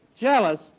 Jealous